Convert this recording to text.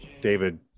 David